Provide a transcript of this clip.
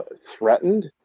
threatened